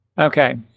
Okay